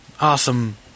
awesome